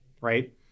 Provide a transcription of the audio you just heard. right